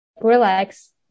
relax